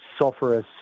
sulfurous